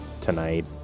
tonight